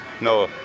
no